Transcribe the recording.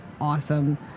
awesome